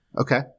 Okay